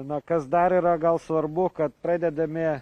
na kas dar yra gal svarbu kad pradedami